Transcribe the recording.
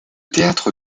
théâtre